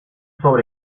sobre